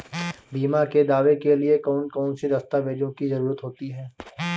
बीमा के दावे के लिए कौन कौन सी दस्तावेजों की जरूरत होती है?